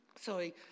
Sorry